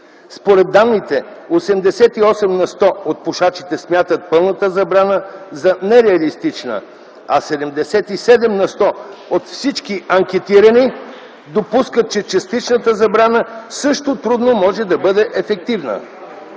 Според данните 88% от пушачите смятат пълната забрана за нереалистична, а 77% от всички анкетирани допускат, че частичната забрана също трудно може да бъде ефективна.